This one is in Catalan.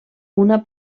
una